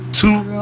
two